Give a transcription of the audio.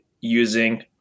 using